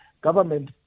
government